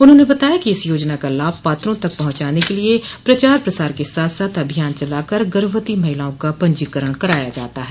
उन्होंने बताया कि इस योजना का लाभ पात्रों तक पहुंचाने के लिये प्रचार प्रसार के साथ साथ अभियान चलाकर गर्भवती महिलाओं का पंजीकरण कराया जाता है